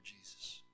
jesus